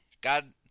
God